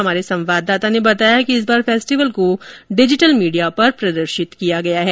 हमारे संवाददाता ने बताया कि इस बार फेस्टिवल को डिजिटल मीडिया पर भी प्रदर्शित किया गया है